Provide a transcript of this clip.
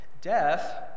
death